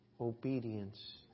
obedience